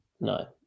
No